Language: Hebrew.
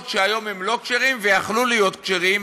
שהיום הם לא כשרים ויכלו להיות כשרים,